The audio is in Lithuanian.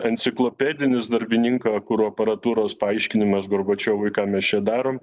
enciklopedinis darbininko kuro aparatūros paaiškinimas gorbačiovui ką mes čia darom